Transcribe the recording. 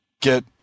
get –